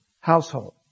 household